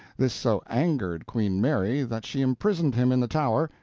this so angered queen mary that she imprisoned him in the tower,